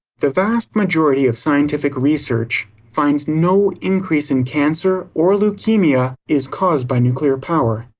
the vast majority of scientific research finds no increase in cancer or leukemia is caused by nuclear power.